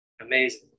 Amazing